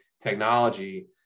technology